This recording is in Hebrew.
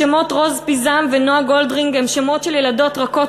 השמות רוז פיזם ונועה גולדרינג הם שמות של ילדות רכות